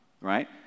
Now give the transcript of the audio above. right